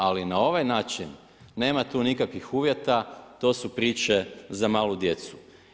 Ali na ovaj način nema tu nikakvih uvjeta to su priče za malu djecu.